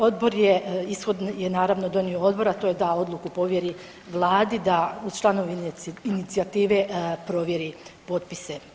Odbor je, ishod je naravno donio odbor, a to je da odluku povjeri vladi da i članovi inicijative provjeri potpise.